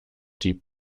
die